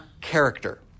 character